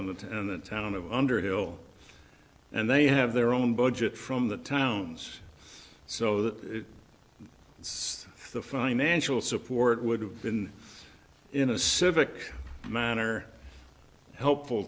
town and the town of underhill and they have their own budget from the towns so that it's the financial support would have been in a civic manner helpful